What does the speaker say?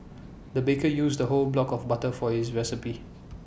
the baker used A whole block of butter for this recipe